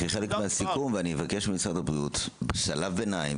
כחלק מהסיכום אני אבקש ממשרד הבריאות כשלב ביניים,